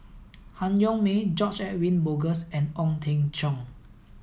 Han Yong May George Edwin Bogaars and Ong Teng Cheong